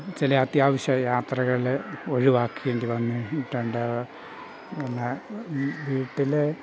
ചില അത്യാവശ്യ യാത്രകൾ ഒഴിവാക്കേണ്ടി വന്നിട്ടുണ്ട് പിന്നെ വീട്ടിൽ